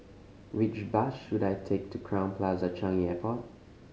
which bus should I take to Crowne Plaza Changi Airport